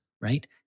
right